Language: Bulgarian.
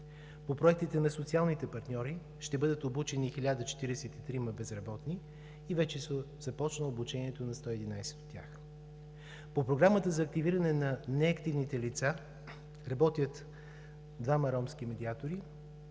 По проектите на социалните партньори ще бъдат обучени 1043 безработни и вече започна обучението на 111 от тях. По Програмата за активиране на неактивните лица работят двама ромски медиатори,